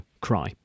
cry